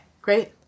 Great